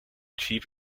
cheap